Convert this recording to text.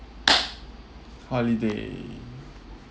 holiday